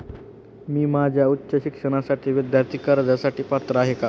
मी माझ्या उच्च शिक्षणासाठी विद्यार्थी कर्जासाठी पात्र आहे का?